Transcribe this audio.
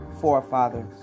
forefathers